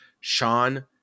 Sean